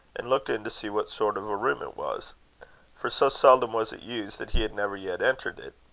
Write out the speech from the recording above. and looked in to see what sort of a room it was for so seldom was it used that he had never yet entered it.